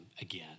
again